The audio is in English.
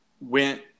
went